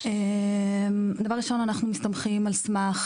דבר ראשון אנחנו מסתמכים על סמך,